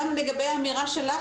גם לגבי האמירה שלך,